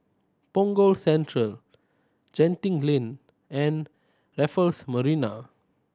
Punggol Central Genting Lane and Raffles Marina